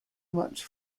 much